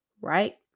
right